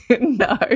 no